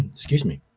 excuse me.